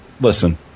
Listen